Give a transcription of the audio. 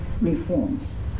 reforms